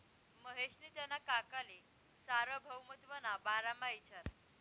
महेशनी त्याना काकाले सार्वभौमत्वना बारामा इचारं